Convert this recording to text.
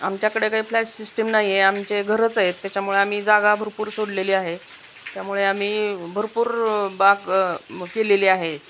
आमच्याकडे काही flat system नाहीये आमचे घरच आहेत त्याच्यामुळे आम्ही जागा भरपूर सोडलेली आहे त्यामुळे आम्ही भरपूर बाग केलेली आहेत